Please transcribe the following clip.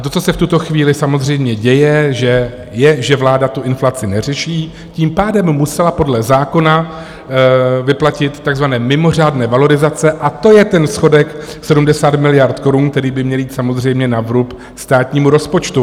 To, co se v tuto chvíli samozřejmě děje, že vláda tu inflaci neřeší, tím pádem musela podle zákona vyplatit takzvané mimořádné valorizace a to je ten schodek 70 miliard korun, který by měl jít samozřejmě na vrub státnímu rozpočtu.